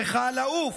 צריכה לעוף.